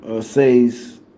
says